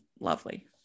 lovely